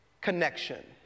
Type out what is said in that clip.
connection